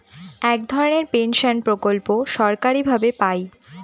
এক ধরনের পেনশন প্রকল্প সরকারি ভাবে পাই